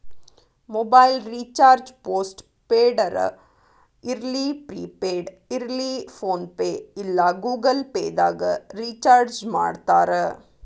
mobile recharge post ಪೇಡರ ಇರ್ಲಿ prepaid ಇರ್ಲಿ ಫೋನ್ಪೇ ಇಲ್ಲಾ ಗೂಗಲ್ ಪೇದಾಗ್ ರಿಚಾರ್ಜ್ಮಾಡ್ತಾರ